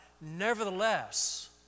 nevertheless